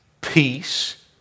peace